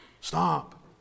Stop